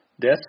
Death